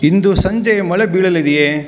ಇಂದು ಸಂಜೆ ಮಳೆ ಬೀಳಲಿದೆಯೇ